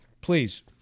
please